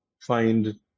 find